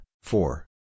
four